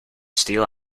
steal